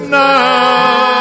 now